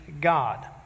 God